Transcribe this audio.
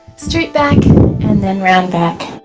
straight back and then round back